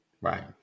Right